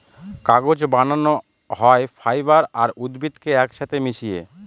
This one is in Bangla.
কাগজ বানানো হয় ফাইবার আর উদ্ভিদকে এক সাথে মিশিয়ে